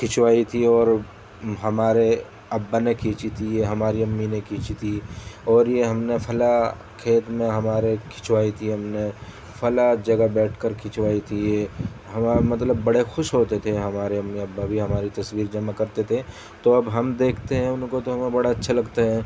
کھنچوائی تھی اور ہمارے ابا نے کھینچی تھی یہ ہماری امی نے کھینچی تھی اور یہ ہم نے فلاں کھیت میں ہمارے کھنچوائی تھی ہم نے فلاں جگہ بیٹھ کر کھنچوائی تھی یہ ہمارا مطلب بڑے خوش ہوتے تھے ہمارے امی ابا بھی ہماری تصویر جمع کرتے تھے تو اب ہم دیکھتے ہیں ان کو تو ہمیں بڑا اچھے لگتا ہے